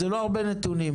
וזה לא הרבה נתונים.